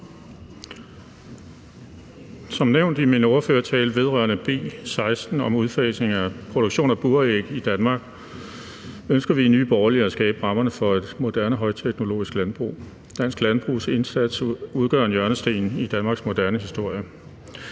Som nævnt i min ordførertale vedrørende B 16 om udfasning af produktion af buræg i Danmark, ønsker vi i Nye Borgerlige at skabe rammerne for et moderne højteknologisk landbrug. Dansk landbrugs indsats udgør en hjørnesten i Danmarks moderne historie.